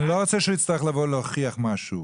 אבל אני לא רוצה שהוא יצטרך לבוא להוכיח משהו.